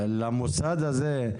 שלמוסד הזה,